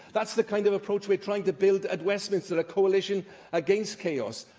that's the kind of approach we're trying to build at westminster a coalition against chaos.